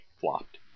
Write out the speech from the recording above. flopped